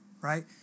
right